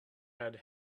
had